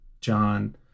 John